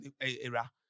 era